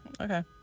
okay